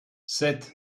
sept